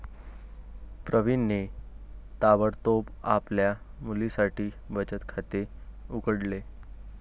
प्रवीणने ताबडतोब आपल्या मुलीसाठी बचत खाते उघडले